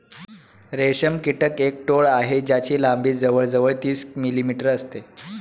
रेशम कीटक एक टोळ आहे ज्याची लंबी जवळ जवळ तीस मिलीमीटर असते